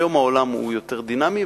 היום העולם הוא יותר דינמי,